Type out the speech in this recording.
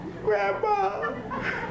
Grandpa